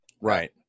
Right